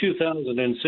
2006